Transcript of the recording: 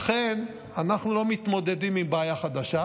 לכן, אנחנו לא מתמודדים עם בעיה חדשה.